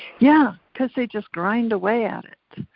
yeah, cause they just grind away at it.